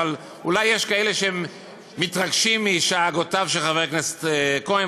אבל אולי יש כאלה שמתרגשים משאגותיו של חבר הכנסת כהן,